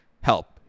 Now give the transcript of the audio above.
help